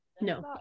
No